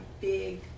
big